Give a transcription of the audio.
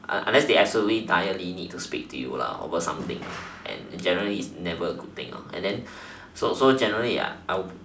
unless unless they absolutely direly need to speak to you over something and generally is never a good thing and then so so generally I